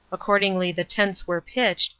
accordingly the tents were pitched,